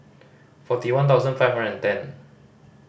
forty one thousand five and ten